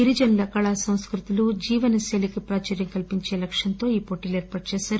గిరిజనుల కళా సంస్కృతులు జీవన శైలికి ప్రాచుర్యం కల్సించే లక్ష్యంతో ఈ పోటీలు ఏర్పాటు చేసింది